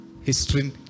history